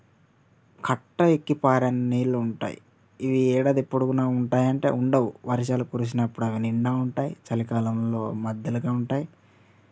కట్ట ఎక్కి పారే అన్ని నీళ్లుంటాయి ఇవి ఏడాది పొడుగున ఉంటాయంటే ఉండవు వర్షాలు కురిసినప్పుడు అవ్వి నిండా ఉంటాయి చలి కాలంలో మధ్యలకే ఉంటాయి